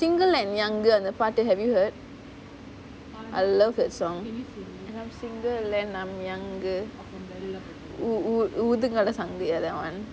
single and younger அந்த பாட்டு:antha paatu have you heard I love that song single and I'm younger ஊதுங்கடா சங்கு:oothungada sangu